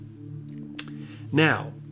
Now